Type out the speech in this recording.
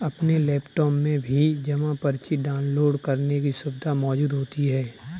अपने लैपटाप में भी जमा पर्ची डाउनलोड करने की सुविधा मौजूद होती है